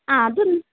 ആ അത്